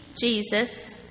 Jesus